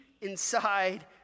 inside